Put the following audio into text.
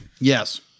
Yes